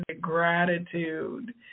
gratitude